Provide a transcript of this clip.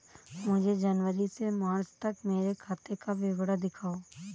मुझे जनवरी से मार्च तक मेरे खाते का विवरण दिखाओ?